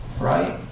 Right